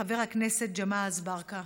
חבר הכנסת ג'מעה אזברגה.